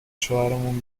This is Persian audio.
شوهرمون